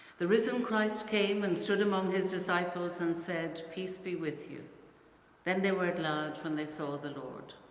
the risen christ came and stood among his disciples and said peace be with you then they were at glad when they saw the lord.